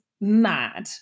mad